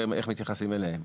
ואיך מתייחסים אליהן.